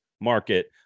market